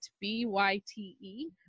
B-Y-T-E